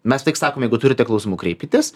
mes tik sakom jeigu turite klausimų kreipkitės